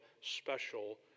special